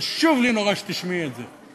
חשוב לי נורא שתשמעי את זה,